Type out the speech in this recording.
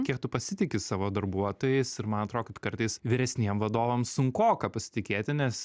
kiek tu pasitiki savo darbuotojais ir man atrodo kad kartais vyresniem vadovam sunkoka pasitikėti nes